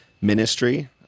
ministry